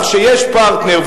אתם מסיקים מכך שיש פרטנר,